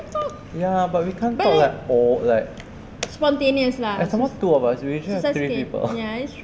ya but we can't talk like oo like and some more two of us we usually have three people